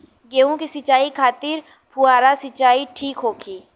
गेहूँ के सिंचाई खातिर फुहारा सिंचाई ठीक होखि?